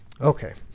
Okay